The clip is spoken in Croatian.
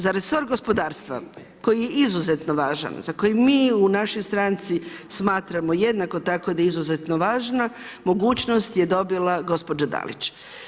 Za resor gospodarstva koji je izuzetno važan, za koji mi u našoj stranci smatramo jednako tako da je izuzetno važna, mogućnost je dobila gospođa Dalić.